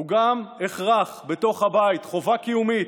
הוא גם הכרח בתוך הבית, חובה קיומית.